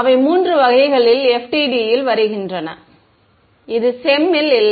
அவை மூன்று வகைகளில் FDTD ல் வருகின்றன இது CEM இல் இல்லை